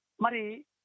Mari